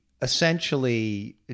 essentially